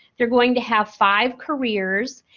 they're going to have five careers,